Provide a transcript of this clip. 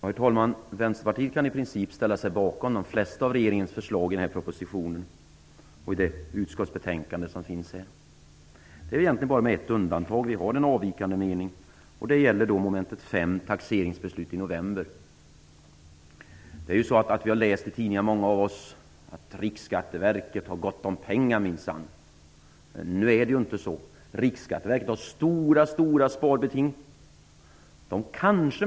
Herr talman! Vänsterpartiet kan i princip ställa sig bakom de flesta av regeringens förslag i propositionen och det utskottsbetänkande som finns här. Det finns egentligen bara ett undantag, där vi har en avvikande mening. Det gäller mom. 5, taxeringsbeslut i november. Många av oss har läst i tidningarna att Riksskatteverket minsann har gott om pengar. Nu är det ju inte så. Riksskatteverket har stora sparbeting.